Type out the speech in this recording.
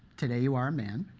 today you are man.